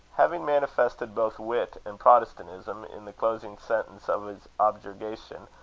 having manifested both wit and protestantism in the closing sentence of his objurgation,